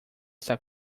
está